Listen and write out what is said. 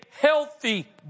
healthy